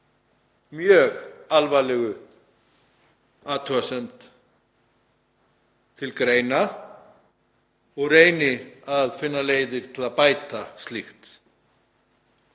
mjög alvarlegu athugasemd til greina og reyni að finna leiðir til að bæta slíkt.